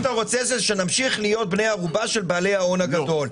מה שאתה רוצה זה שנמשיך להיות בני ערובה של בעלי ההון הגדול.